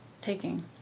taking